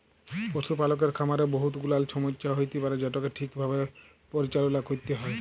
পশুপালকের খামারে বহুত গুলাল ছমচ্যা হ্যইতে পারে যেটকে ঠিকভাবে পরিচাললা ক্যইরতে হ্যয়